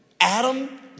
Adam